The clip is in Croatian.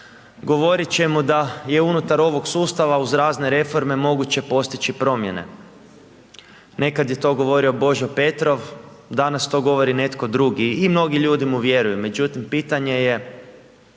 Govorit ćemo da je unutar ovog sustava uz razne reforme moguće postići promjene. Nekad je to govorio Božo Petrov, danas to govori netko drugi i mnogi ljudi mu vjeruju. Međutim, pitanje je